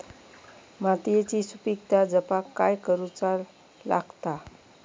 मातीयेची सुपीकता जपाक काय करूचा लागता?